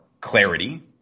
clarity